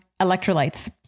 electrolytes